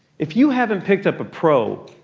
if you haven't picked up a pro,